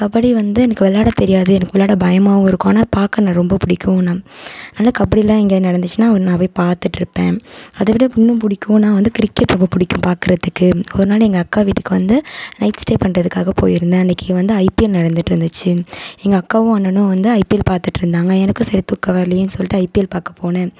கபடி வந்து எனக்கு விளாட தெரியாது எனக்கு விளாட பயமாகவும் இருக்கும் ஆனால் பார்க்க ரொம்ப பிடிக்கும் ஆனால் கபடியெலாம் எங்கேயாவது நடந்துச்சின்னால் நான் போய் பார்த்துட்டு இருப்பேன் அதை விட இன்னும் பிடிக்கும்னா வந்து கிரிக்கெட் ரொம்ப பிடிக்கும் பார்க்குறத்துக்கு ஒரு நாள் எங்கள் அக்கா வீட்டுக்கு வந்து நைட் ஸ்டே பண்ணுறதுக்காக போய் இருந்தேன் அன்றைக்கி வந்து ஐபிஎல் நடந்துட்டு இருந்துச்சு எங்கள் அக்காவும் அண்ணனும் வந்து ஐபிஎல் பார்த்துட்டு இருந்தாங்க எனக்கும் சரி தூக்கம் வரலயே சொல்லிட்டு ஐபிஎல் பார்க்க போனேன்